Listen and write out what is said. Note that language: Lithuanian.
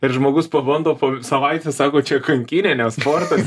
ir žmogus pabando po savaitės sako čia kankynė ne sportas